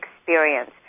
experience